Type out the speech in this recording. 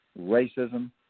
racism